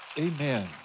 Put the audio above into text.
amen